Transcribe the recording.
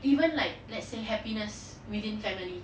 even like let's say happiness within family